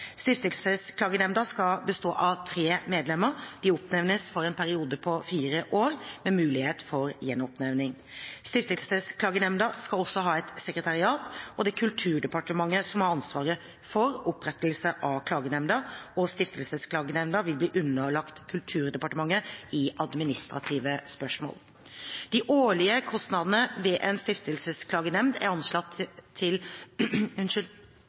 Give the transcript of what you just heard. Stiftelsesklagenemnda skal bestå av tre medlemmer. De oppnevnes for en periode på fire år, med mulighet for gjenoppnevning. Stiftelsesklagenemnda skal også ha et sekretariat. Det er Kulturdepartementet som har ansvaret for opprettelsen av klagenemnda, og Stiftelsesklagenemnda vil bli underlagt Kulturdepartementet i administrative spørsmål. De årlige kostnadene ved en stiftelsesklagenemnd er anslått til